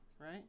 right